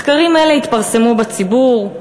מחקרים אלה התפרסמו בציבור.